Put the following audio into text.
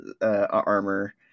armor